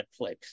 Netflix